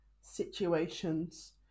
situations